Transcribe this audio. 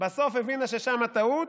בסוף הבינה ששם הטעות,